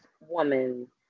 woman